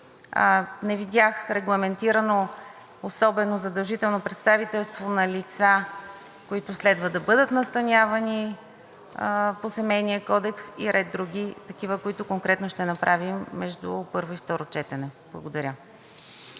Не видях регламентирано особено задължително представителство на лица, които следва да бъдат настанявани по Семейния кодекс, и ред други такива, които конкретно ще направим между първо и второ четене. Благодаря.